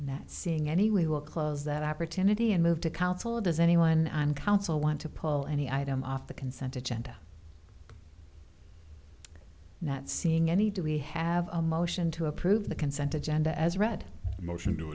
that seeing any we will close that opportunity and move to counsel does anyone on council want to pull any item off the consent agenda not seeing any do we have a motion to approve the consent agenda as read motion to